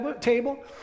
table